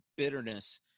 bitterness